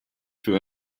für